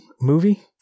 movie